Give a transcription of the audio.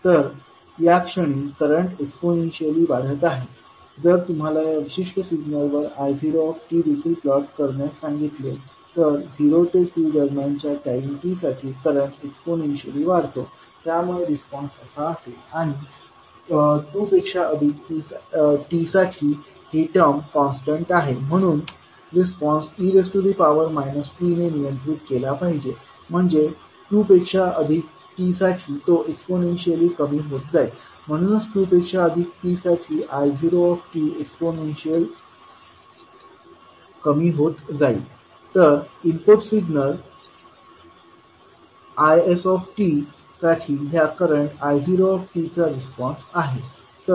तर या क्षणी करंट एक्सपोनेन्शियली वाढत आहे जर तुम्हाला या विशिष्ट सिग्नलवर i0 देखील प्लॉट करण्यास सांगितले तर झिरो ते 2 दरम्यानच्या टाईम t साठी करंट एक्स्पोनेन्शली वाढतो त्यामुळे रिस्पॉन्स असा असेल आणि 2 पेक्षा अधिक t साठी ही टर्म कॉन्स्टंट आहे म्हणून रिस्पॉन्स e t ने नियंत्रित केला पाहिजे म्हणजे 2 पेक्षा अधिक t साठी तो एक्सपोनेन्शियली कमी होत जाईल म्हणूनच 2 पेक्षा अधिक t साठी i0 एक्सपोनेन्शियली कमी होत जाईल तर इनपुट सिग्नल is साठी हा करंट i0 चा रिस्पॉन्स आहे